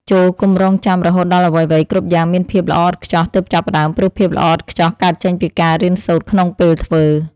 ចូរកុំរង់ចាំរហូតដល់អ្វីៗគ្រប់យ៉ាងមានភាពល្អឥតខ្ចោះទើបចាប់ផ្តើមព្រោះភាពល្អឥតខ្ចោះកើតចេញពីការរៀនសូត្រក្នុងពេលធ្វើ។